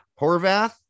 Horvath